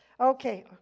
Okay